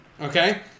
Okay